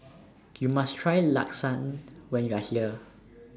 YOU must Try Lasagne when YOU Are here